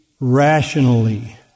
rationally